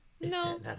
No